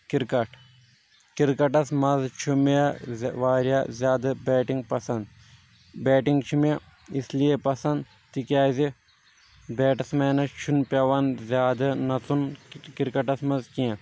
cricket کرکٹس منٛز چھُ مےٚ واریاہ زیادٕ بیٹنٛگ پسنٛد بیٹنٛگ چھِ مےٚ اس لیے پسنٛد تِکیازِ بیٹَس مینس چھُنہٕ پٮ۪وان زیادٕ نژُن کرکیٚٹس منٛز کینٛہہ